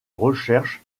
recherches